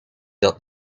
dat